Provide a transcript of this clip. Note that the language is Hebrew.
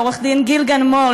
לעורך-דין גיל גן-מור,